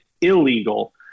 illegal